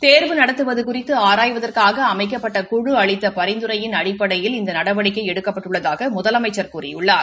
தேர்வு நடத்துவது குறித்து ஆராய்வதற்காக அமைக்கப்பட்ட குழு அளித்த பரிந்துரையின் அடிப்படையில் இந்த நடவடிக்கை எடுக்கப்பட்டுள்ளதாக முதலமைச்சர் கூறியுள்ளார்